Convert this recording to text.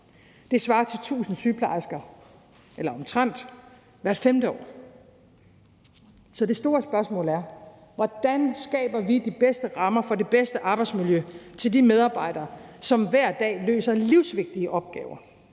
Det svarer til omtrent 1.000 sygeplejersker hvert femte år. Så det store spørgsmål er: Hvordan skaber vi de bedste rammer for det bedste arbejdsmiljø til de medarbejdere, som hver dag løser livsvigtige opgaver?